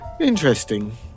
Interesting